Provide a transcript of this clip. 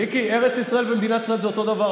מיקי, ארץ ישראל ומדינת ישראל זה אותו הדבר.